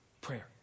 Prayer